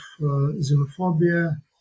xenophobia